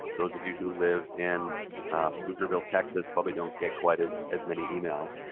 those of you who live in pflugerville, texas probably don't get quite as as many emails.